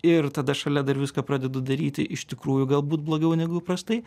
ir tada šalia dar viską pradedu daryti iš tikrųjų galbūt blogiau negu įprastai